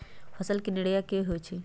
फसल के निराया की होइ छई?